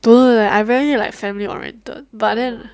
don't know leh I very like family oriented but then